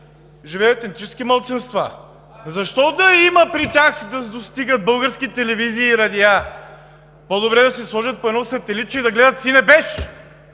живеят етнически малцинства. Защо да има при тях и да достигат български телевизии и радиа. По-добре да си сложат по едно сателитче и да гледат „Синебеш“.